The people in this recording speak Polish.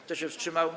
Kto się wstrzymał?